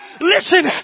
Listen